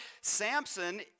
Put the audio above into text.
Samson